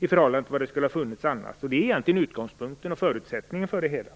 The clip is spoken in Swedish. i förhållande till hur det annars skulle ha varit. Det är utgångspunkten och förutsättningen för det hela.